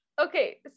Okay